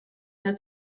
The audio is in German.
eine